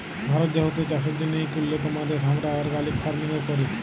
ভারত যেহেতু চাষের জ্যনহে ইক উল্যতম দ্যাশ, আমরা অর্গ্যালিক ফার্মিংও ক্যরি